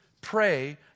Pray